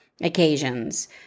occasions